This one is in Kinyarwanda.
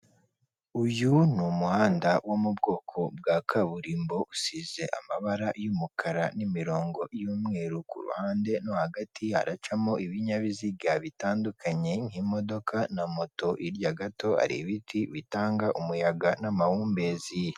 Uyu ni umuhanda wo mu bwoko bwa kaburimbo usize amabara y'umukara n'imirongo y'umweru, ku ruhande no hagati haracamo ibinyabiziga bitandukanye nk'imodoka na moto, hirya gato hari ibiti bitanga umuyaga n'amahumbezi.